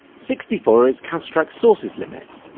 sixty four is counter strike source's limit.